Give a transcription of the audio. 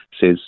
says